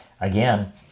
again